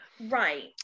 right